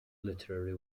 literary